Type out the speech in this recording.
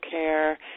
care